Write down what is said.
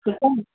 ठीकु आहे